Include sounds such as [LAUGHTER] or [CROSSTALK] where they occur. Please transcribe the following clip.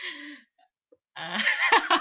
[LAUGHS]